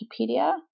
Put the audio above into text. Wikipedia